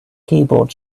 keyboard